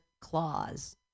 claws